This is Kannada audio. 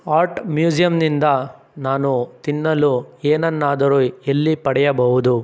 ಆರ್ಟ್ ಮ್ಯೂಸಿಯಂನಿಂದ ನಾನು ತಿನ್ನಲು ಏನನ್ನಾದರೂ ಎಲ್ಲಿ ಪಡೆಯಬಹುದು